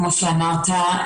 כמו שאמרת,